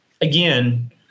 again